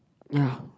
ya